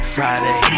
Friday